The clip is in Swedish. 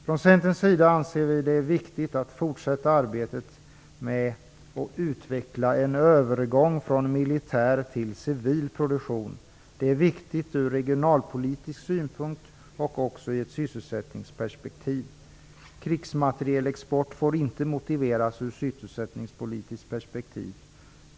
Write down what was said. Från Centerns sida anser vi det vara viktigt att forsätta arbetet med att utveckla en övergång från militär till civil produktion. Det är viktigt från regionalpolitisk synpunkt och också sett i ett sysselsättningsperspektiv. Krigsmaterielexport får inte motiveras ur sysselsättningspolitiskt perspektiv.